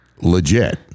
legit